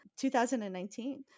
2019